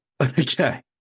Okay